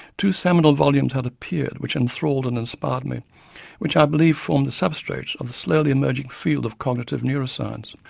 two seminal volumes had appeared, which enthralled and inspired me, and which i believe formed the substrate of the slowly emerging field of cognitive neuroscience.